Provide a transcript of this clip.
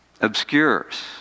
obscures